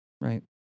right